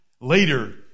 later